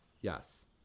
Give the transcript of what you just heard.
yes